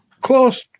close